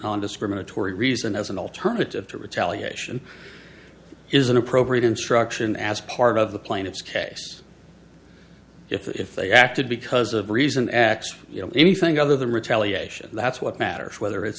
nondiscriminatory reason as an alternative to retaliation is an appropriate instruction as part of the plaintiff's case if they acted because of reason x anything other than retaliation that's what matters whether it's